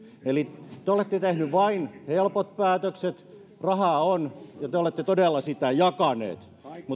eli te olette tehneet vain helpot päätökset rahaa on ja te olette todella sitä jakaneet